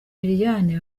lilian